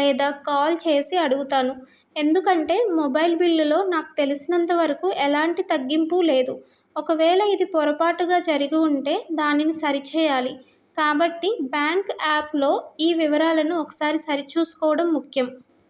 లేదా కాల్ చేసి అడుగుతాను ఎందుకంటే మొబైల్ బిల్లులో నాకు తెలిసినంతవరకు ఎలాంటి తగ్గింపు లేదు ఒకవేళ ఇది పొరపాటుగా జరిగి ఉంటే దానిని సరిచేయాలి కాబట్టి బ్యాంక్ యాప్లో ఈ వివరాలను ఒకసారి సరిచూసుకోవడం ముఖ్యం